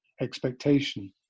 expectation